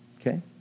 okay